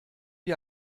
die